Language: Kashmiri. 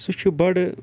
سُہ چھُ بَڑٕ